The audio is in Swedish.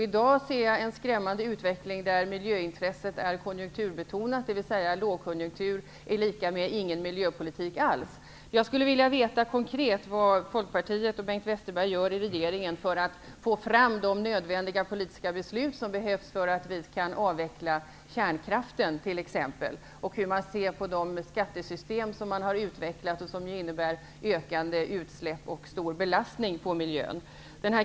I dag ser jag en skrämmande utveckling där miljöintresset är konjunkturbetonat, lågkonjunktur är lika med ingen miljöpolitik alls. Konkret skulle jag vilja veta vad Bengt Westerberg och Folkpartiet gör i regeringen för att exempelvis få fram de nödvändiga politiska beslut som behövs för att exempelvis kunna avveckla kärnkraften. Jag skulle också vilja veta hur man ser på de skattesystem som man utvecklat, vilka innebär ökade utsläpp och stor belastning på miljön.